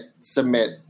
submit